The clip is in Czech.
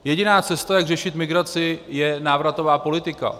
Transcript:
Jediná cesta, jak řešit migraci, je návratová politika.